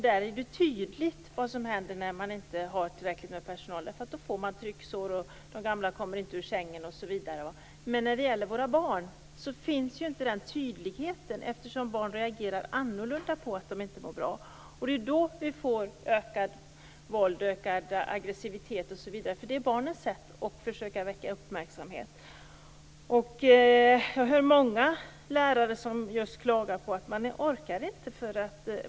Där är det tydligt vad som händer när det inte finns tillräckligt med personal. De gamla får trycksår och kommer inte ur sängen osv. När det däremot gäller våra barn finns inte den tydligheten eftersom barn reagerar annorlunda när de inte mår bra. Det är då som det blir ett ökat våld, en ökad aggressivitet osv. Det är barnens sätt att försöka väcka uppmärksamhet. Jag hör många lärare klaga och säga att de inte orkar.